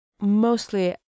mostly